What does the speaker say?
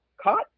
caught